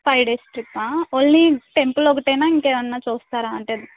five days ట్రిప్పా only temple ఒకటేనా ఇంకేమన్నా చూస్తారా అంటే